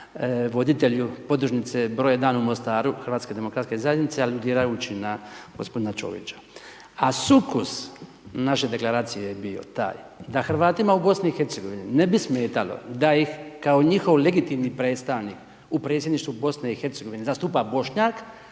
voditelju podružnice broj jedan u Mostaru, Hrvatske demokratske zajednice, aludirajući na gospodina Čovića. A sukus naše Deklaracije je bio taj da Hrvatima u Bosni i Hercegovini ne bi smetalo da ih kao njihov legitimni predstavnik u Predsjedništvu Bosne i Hercegovine zastupa Bošnjak,